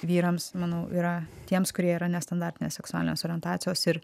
vyrams manau yra tiems kurie yra nestandartinės seksualinės orientacijos ir